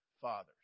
fathers